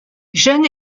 jeune